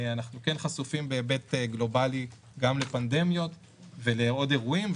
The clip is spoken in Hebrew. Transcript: אנחנו כן חשופים בהיבט גלובלי גם לפנדמיות ולעוד אירועים,